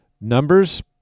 Numbers